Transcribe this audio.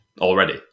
already